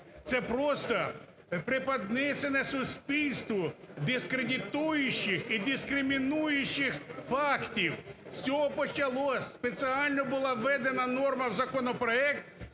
це просто припіднесення суспільство дискредитуючих і дискримінуючих фактів. З цього почалось, спеціально була введена норма в законопроект